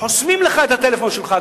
חוסמים לך את הטלפון שלך.